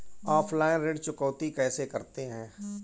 Offline ऋण चुकौती कैसे करते हैं?